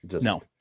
No